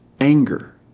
anger